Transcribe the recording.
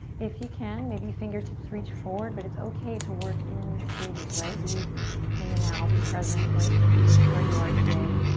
if you can maybe fingertips reach forward but it's okay to work in stages. right, be in the now, be present with where you are today.